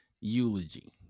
eulogy